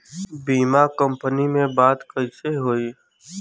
बीमा कंपनी में बात कइसे होई?